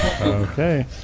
Okay